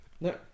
No